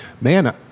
man